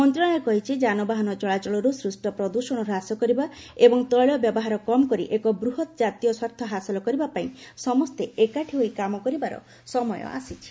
ମନ୍ତ୍ରଣାଳୟ କହିଛି ଯାନବାହନ ଚଳାଚଳରୁ ସୃଷ୍ଟ ପ୍ରଦୂଷଣ ହ୍ରାସ କରିବା ଏବଂ ତୈଳ ବ୍ୟବହାର କମ୍ କରି ଏକ ବୃହତ ଜାତୀୟ ସ୍ୱାର୍ଥ ହାସଲ କରିବା ପାଇଁ ସମସ୍ତେ ଏକାଠି ହୋଇ କାମ କରିବାର ସମୟ ଆସିଛି